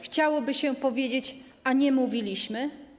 Chciałoby się powiedzieć: A nie mówiliśmy?